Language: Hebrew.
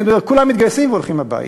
אני אומר: כולם מתגייסים והולכים הביתה.